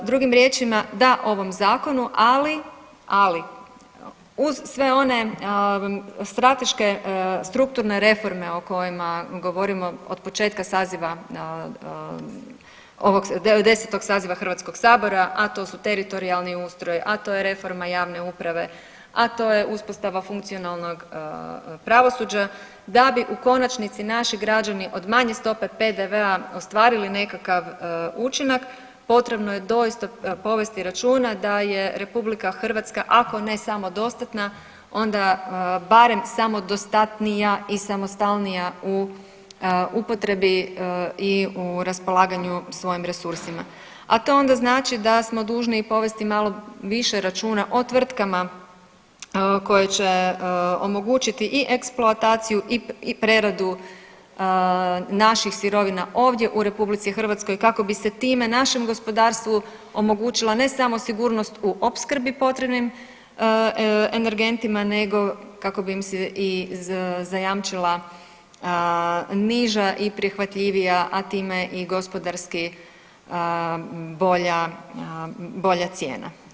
Drugim riječima, da ovom zakonu, ali, ali uz sve one strateške strukturne reforme o kojima govorimo od početka saziva ovog, 90. saziva HS, a to su teritorijalni ustroj, a to je reforma javne uprave, a to je uspostava funkcionalnog pravosuđa da bi u konačnici naši građani od manje stope PDV-a ostvarili nekakav učinak potrebno je doista povesti računa da je RH ako ne samodostatna onda barem samodostatnija i samostalnija u upotrebi i u raspolaganju svojim resursima, a to onda znači da smo dužni i povesti malo više računa o tvrtkama koje će omogućiti i eksploataciju i preradu naših sirovina ovdje u RH kako bi se time našem gospodarstvu omogućilo ne samo sigurnost u opskrbi potrebnim energentima nego kako bi im se i zajamčila niža i prihvatljivija, a time i gospodarski bolja, bolja cijena.